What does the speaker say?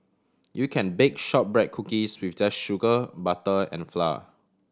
you can bake shortbread cookies with just sugar butter and flour